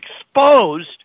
exposed